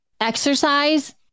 Exercise